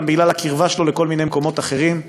גם בגלל הקרבה שלו לכל מיני מקומות אחרים.